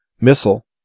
missile